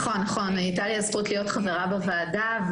נכון, היתה לי הזכות להיות חברה בוועדה.